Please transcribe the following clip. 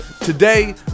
Today